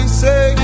say